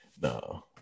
No